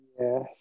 Yes